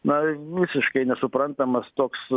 na visiškai nesuprantamas toks